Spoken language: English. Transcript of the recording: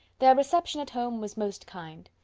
their reception at home was most kind.